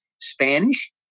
Spanish